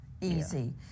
easy